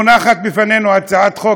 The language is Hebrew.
מונחת בפנינו הצעת חוק,